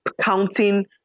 counting